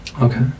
Okay